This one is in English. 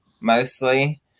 mostly